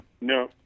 No